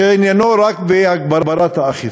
שעניינן רק הגברת האכיפה,